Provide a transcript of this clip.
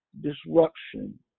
disruption